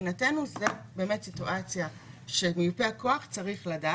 הרי בהכנת ייפוי כוח מתמשך יש לנו שני שלבים.